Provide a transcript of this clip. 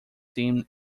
team